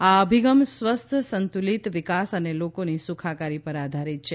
આ અભિગમ સ્વસ્થ સંતુલિત વિકાસ અને લોકોની સુખાકારી પર આધારિત છે